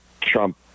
Trump